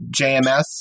JMS